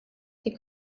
die